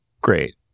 great